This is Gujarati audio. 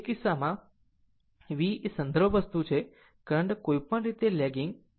તે કિસ્સામાં પણ V એ સંદર્ભ વસ્તુ છે કરંટ કોઈપણ રીતે લેગિંગ θ